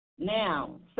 Now